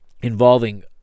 involving